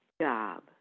job